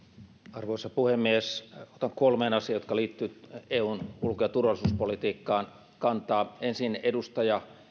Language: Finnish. arvoisa puhemies otan kantaa kolmeen asiaan jotka liittyvät eun ulko ja turvallisuuspolitiikkaan ensin edustaja